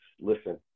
listen